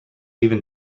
even